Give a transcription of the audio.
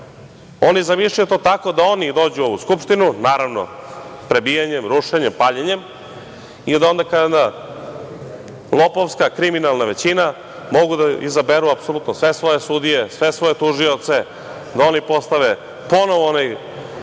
Oni zamišljaju to tako da oni dođu u ovu Skupštinu, naravno prebijanjem, rušenjem, paljenjem, i da onda kao jedna lopovska, kriminalna većina mogu da izaberu apsolutno sve svoje sudije, sve svoje tužioce, da oni postave ponovo onaj